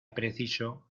preciso